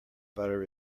butter